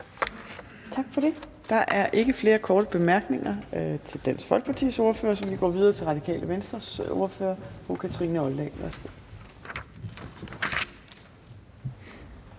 Tak for det. Der er ikke flere korte bemærkninger til Dansk Folkepartis ordfører, så vi går videre til Radikale Venstres ordfører. Det er fru Kathrine Olldag.